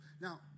Now